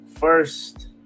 First